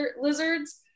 lizards